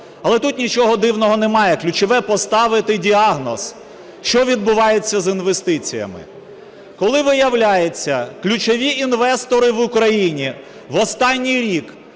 але тут нічого дивного немає, ключове – поставити діагноз. Що відбувається з інвестиціями? Коли виявляється, ключові інвестори в Україні в останній рік,